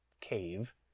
cave